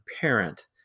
parent